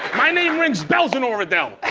my name rings bells in oradell.